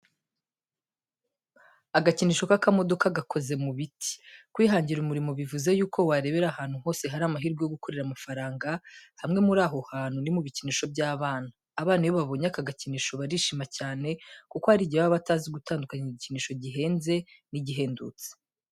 Agakinisho k'akamodoka gakoze mu biti. Kwihangira umurimo bivuze y'uko warebera ahantu hose hari amahirwe yo gukorera amafaranga, hamwe muri aho hantu ni mu bikinisho by'abana. Abana iyo babonye aka gakinisho barishima cyane kuko hari gihe bataba bazi gutandukanya igikinisho gihenze n'igihendutse.